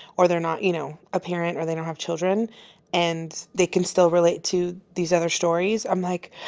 or they're not, you know, a parent or they don't have children and they can still relate to these other stories. i'm like